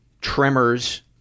tremors